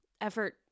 effort